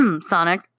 Sonic